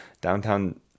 downtown